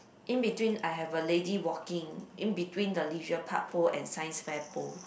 in between I have a lady walking in between the leisure park pole and Science fair pole